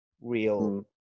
real